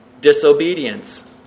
disobedience